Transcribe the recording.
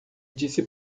disse